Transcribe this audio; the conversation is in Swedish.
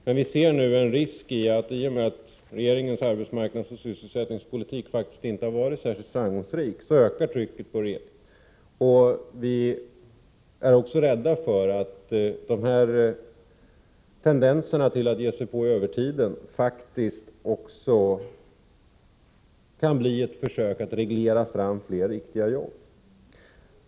Men vi ser nu en risk i att trycket på regeringen ökar i och med att dess sysselsättningsoch arbetsmarknadspolitik faktiskt inte har varit särskilt framgångsrik. Vi är också rädda för att de här tendenserna att ge sig på övertiden också kan leda till försök att reglera fram fler riktiga jobb.